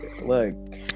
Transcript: look